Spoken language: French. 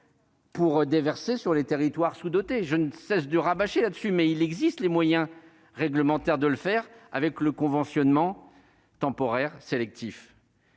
Pour déverser sur les territoires sous-dotés, je ne cesse de rabâcher là-dessus, mais il existe les moyens réglementaires de le faire avec le conventionnement temporaire sélectif